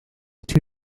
two